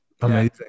Amazing